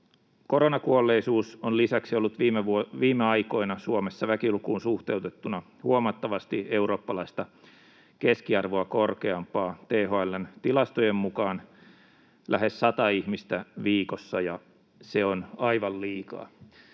Koronakuolleisuus on lisäksi ollut viime aikoina Suomessa väkilukuun suhteutettuna huomattavasti eurooppalaista keskiarvoa korkeampaa, THL:n tilastojen mukaan lähes sata ihmistä viikossa, ja se on aivan liikaa.